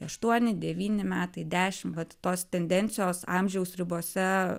aštuoni devyni metai dešim vat tos tendencijos amžiaus ribose